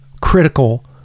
critical